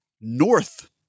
north